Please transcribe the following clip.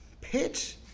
pitch